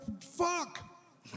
fuck